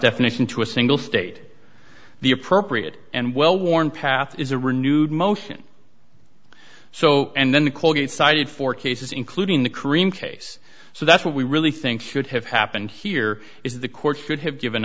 definition to a single state the appropriate and well worn path is a renewed motion so and then the colgate cited four cases including the creme case so that's what we really think should have happened here is the court could have given